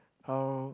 how